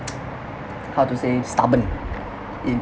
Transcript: how to say stubborn it